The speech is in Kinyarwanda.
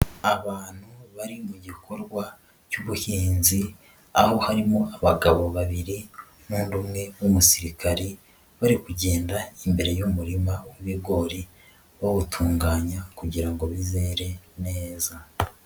Abantu bari mu gikorwa cy'ubuhinzi aho harimo abagabo babiri n'undi umwe w'umusirikari, bari kugenda imbere y'umurima w'ibigori bawutunganya kugira ngo bizere neza.